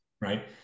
right